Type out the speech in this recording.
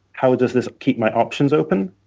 how ah does this keep my options open?